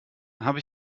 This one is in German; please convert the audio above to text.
habe